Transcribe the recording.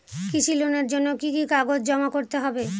কৃষি লোনের জন্য কি কি কাগজ জমা করতে হবে?